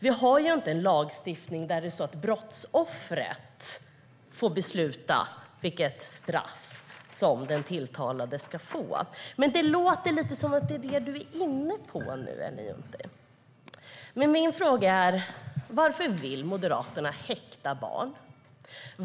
Det är inte brottsoffret som får besluta vilket straff den tilltalade ska få, men det låter lite som om det är detta som Ellen Juntti är inne på. Min fråga är: Varför vill Moderaterna häkta barn?